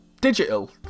digital